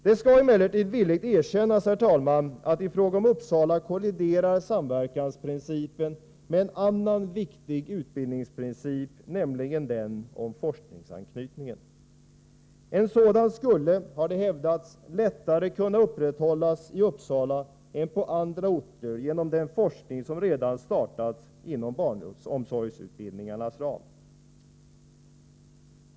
Det skall emellertid villigt erkännas, herr talman, att i fråga om Uppsala kolliderar samverkansprincipen med en annan viktig utbildningsprincip, nämligen den om forskningsanknytningen. En sådan skulle, har det hävdats, lättare kunna upprätthållas i Uppsala än på andra orter genom den forskning som redan startats inom barnomsorgsutbildningarnas ram.